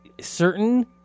Certain